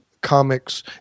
comics